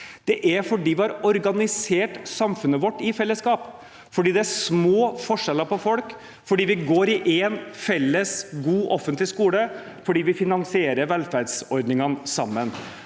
Det er fordi vi har organisert samfunnet vårt i fellesskap, fordi det er små forskjeller mellom folk, fordi vi går i én felles, god, offentlig skole, fordi vi finansierer velferdsordningene sammen.